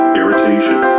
irritation